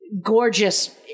gorgeous